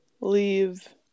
leave